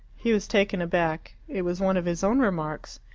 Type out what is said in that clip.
he was taken aback. it was one of his own remarks.